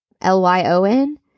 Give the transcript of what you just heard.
l-y-o-n